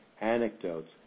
anecdotes